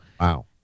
Wow